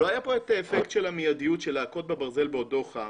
לא היה פה אפקט של מיידיות של להכות בברזל בעודו חם,